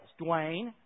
Dwayne